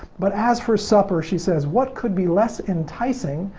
but as for supper, she says, what could be less enticing,